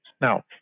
Now